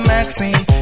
Maxine